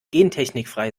gentechnikfrei